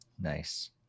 Nice